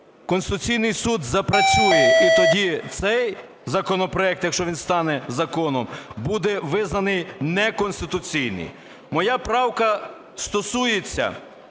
Конституційний Суд запрацює, і тоді цей законопроект, якщо він стане законом, буде визнаний неконституційним. Моя правка стосується,